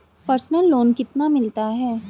Personal loan कितना मिलता है?